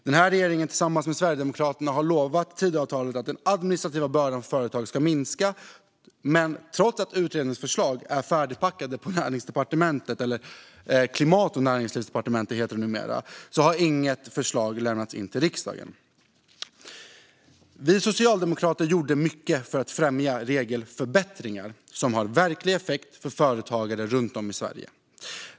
Denna regering har tillsammans med Sverigedemokraterna lovat i Tidöavtalet att den administrativa bördan för företagen ska minska. Men trots att utredningsförslag är färdigpackade på näringsdepartementet eller Klimat och näringslivsdepartementet, som det numera heter, har inget förslag lämnats till riksdagen. Vi socialdemokrater gjorde mycket för att främja regelförbättringar som har verklig effekt för företagare runt om i Sverige.